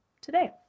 today